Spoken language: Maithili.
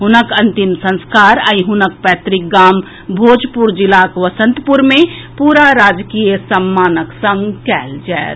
हुनक अंतिम संस्कार आइ हुनक पैतृक गाम भोजपुर जिलाक वसंतपुर मे पूरा राजकीय सम्मानक संग कयल जायत